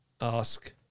ask